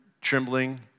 trembling